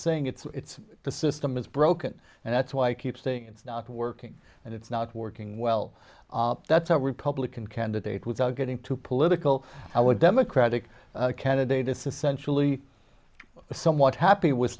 saying it's the system is broken and that's why i keep saying it's not working and it's not working well that's a republican candidate without getting too political i would democratic candidate this essentially somewhat happy with